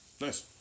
Nice